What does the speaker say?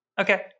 Okay